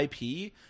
IP